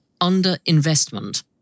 underinvestment